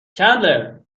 چندلر